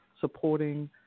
supporting